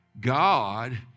God